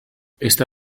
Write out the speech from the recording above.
esta